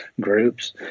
groups